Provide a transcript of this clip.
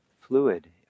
fluid